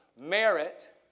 merit